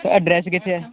sir address ਕਿੱਥੇ ਹੈ